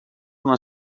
una